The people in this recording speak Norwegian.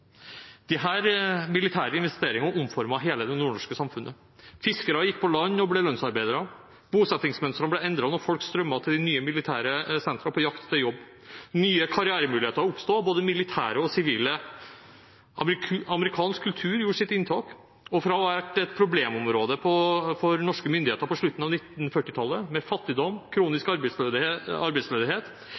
militære investeringene omformet hele det nordnorske samfunnet. Fiskere gikk på land og ble lønnsarbeidere. Bosettingsmønstrene ble endret når folk strømmet til de nye militære sentra på jakt etter jobb. Nye karrieremuligheter oppsto, både militære og sivile. Amerikansk kultur gjorde sitt inntog. Fra å ha vært et problemområde for norske myndigheter på slutten av 1940-tallet, med fattigdom, kronisk arbeidsledighet,